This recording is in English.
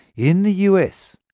in the us,